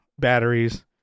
batteries